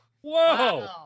Whoa